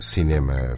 Cinema